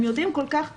הם יודעים כל כך טוב,